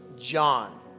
John